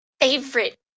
favorite